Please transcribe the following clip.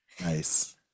nice